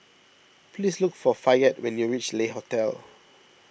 please look for Fayette when you reach Le Hotel